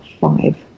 five